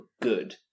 good